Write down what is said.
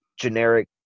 generic